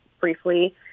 briefly